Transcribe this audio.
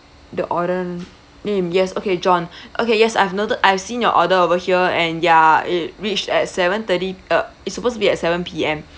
the order name yes okay john okay yes I've noted I've seen your order over here and ya it reach at seven thirty uh it's supposed to be at seven P_M